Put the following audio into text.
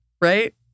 right